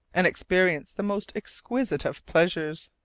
and experienced the most exquisite of pleasures.